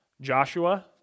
Joshua